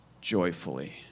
joyfully